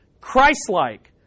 Christlike